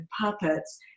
puppets